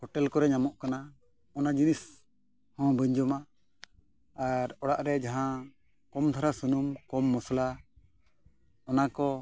hotel ᱠᱚᱨᱮᱜ ᱧᱟᱢᱚᱜ ᱠᱟᱱᱟ ᱚᱱᱟ ᱡᱤᱱᱤᱥ ᱦᱚᱸ ᱵᱟᱹᱧ ᱡᱚᱢᱟ ᱟᱨ ᱚᱲᱟᱜ ᱨᱮ ᱡᱟᱦᱟᱸ ᱠᱚᱢ ᱫᱷᱟᱨᱟ ᱥᱩᱱᱩᱢ ᱠᱚᱢ ᱢᱚᱥᱞᱟ ᱚᱱᱟ ᱠᱚ